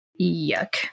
Yuck